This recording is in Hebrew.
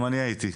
גם אני הייתי.